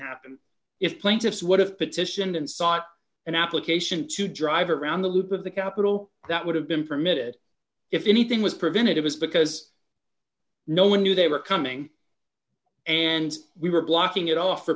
happen if plaintiffs would have petitioned and sought an application to drive around the loop of the capital that would have been permitted if anything was prevented it was because no one knew they were coming and we were blocking it off for